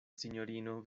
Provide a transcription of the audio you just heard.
sinjorino